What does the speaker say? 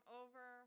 over